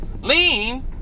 Lean